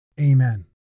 Amen